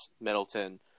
Middleton